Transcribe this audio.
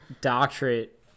doctorate